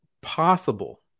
possible